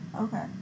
Okay